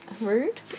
Rude